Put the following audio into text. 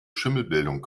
schimmelbildung